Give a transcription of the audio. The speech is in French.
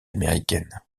américaine